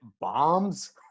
bombs